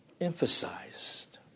emphasized